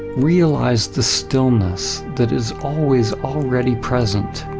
realize the stillness that is always already present.